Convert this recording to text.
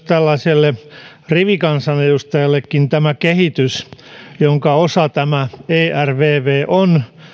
tällaiselle rivikansanedustajallekin tämä kehitys jonka osa tämä ervv on